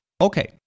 Okay